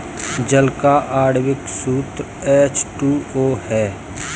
जल का आण्विक सूत्र एच टू ओ है